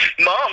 Mom